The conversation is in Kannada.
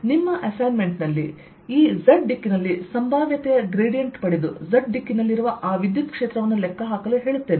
ನಿಮ್ಮ ಅಸೈನ್ಮೆಂಟ್ ನಲ್ಲಿ ಈ z ದಿಕ್ಕಿನಲ್ಲಿ ಸಂಭಾವ್ಯತೆಯ ಗ್ರೇಡಿಯಂಟ್ ಪಡೆದು z ದಿಕ್ಕಿನಲ್ಲಿರುವ ಆ ವಿದ್ಯುತ್ ಕ್ಷೇತ್ರವನ್ನು ಲೆಕ್ಕಹಾಕಲು ಹೇಳುತ್ತೇನೆ